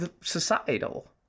societal